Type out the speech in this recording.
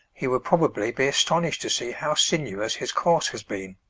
he will probably be astonished to see how sinuous his course has been.